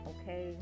okay